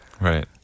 Right